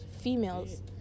females